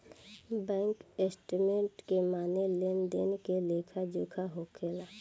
bank statement के माने लेन देन के लेखा जोखा होखेला